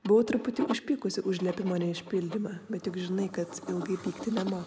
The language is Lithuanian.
buvau truputį užpykusi už liepimo neišpildymą bet juk žinai kad ilgai pykti nemoku